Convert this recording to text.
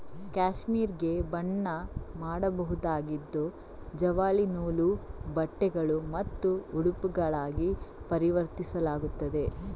cashmere ಗೆ ಬಣ್ಣ ಮಾಡಬಹುದಾಗಿದ್ದು ಜವಳಿ ನೂಲು, ಬಟ್ಟೆಗಳು ಮತ್ತು ಉಡುಪುಗಳಾಗಿ ಪರಿವರ್ತಿಸಲಾಗುತ್ತದೆ